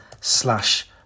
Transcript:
slash